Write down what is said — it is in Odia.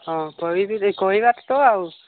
ହଁ କହିବା ତ ଆଉ